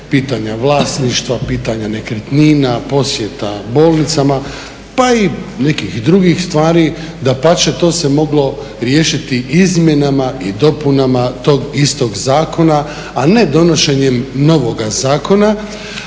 pitanja vlasništva, pitanja nekretnina, posjeta bolnicama pa i nekih drugih stvari, dapače to se moglo riješiti izmjenama i dopunama tog istog zakona a ne donošenjem novoga zakona.